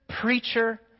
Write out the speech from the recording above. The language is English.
preacher